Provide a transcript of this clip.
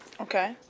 Okay